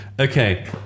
Okay